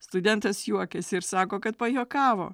studentas juokiasi ir sako kad pajuokavo